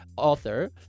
author